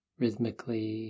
rhythmically